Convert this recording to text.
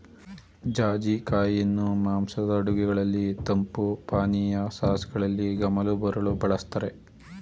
ಜಾಜಿ ಕಾಯಿಯನ್ನು ಮಾಂಸದ ಅಡುಗೆಗಳಲ್ಲಿ, ತಂಪು ಪಾನೀಯ, ಸಾಸ್ಗಳಲ್ಲಿ ಗಮಲು ಬರಲು ಬಳ್ಸತ್ತರೆ